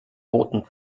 roten